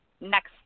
next